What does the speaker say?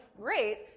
great